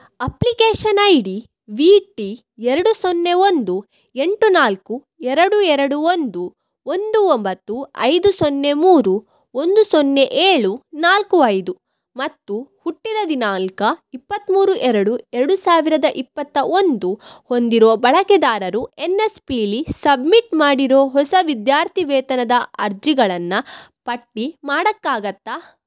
application I D V T ಎರಡು ಸೊನ್ನೆ ಒಂದು ಎಂಟು ನಾಲ್ಕು ಎರಡು ಎರಡು ಒಂದು ಒಂದು ಒಂಬತ್ತು ಐದು ಸೊನ್ನೆ ಮೂರು ಒಂದು ಸೊನ್ನೆ ಏಳು ನಾಲ್ಕು ಐದು ಮತ್ತು ಹುಟ್ಟಿದ ದಿನಾಂಕ ಇಪ್ಪತ್ಮೂರು ಎರಡು ಎರಡು ಸಾವಿರದ ಇಪ್ಪತ್ತ ಒಂದು ಹೊಂದಿರೋ ಬಳಕೆದಾರರು ಎನ್ ಎಸ್ ಪೀಲ್ಲಿ ಸಬ್ಮಿಟ್ ಮಾಡಿರೋ ಹೊಸ ವಿದ್ಯಾರ್ಥಿ ವೇತನದ ಅರ್ಜಿಗಳನ್ನು ಪಟ್ಟಿ ಮಾಡೋಕ್ಕಾಗತ್ತ